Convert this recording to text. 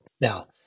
Now